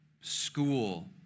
school